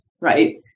right